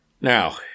Now